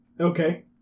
Okay